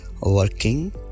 working